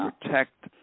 protect